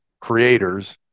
creators